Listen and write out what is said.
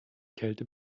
kälte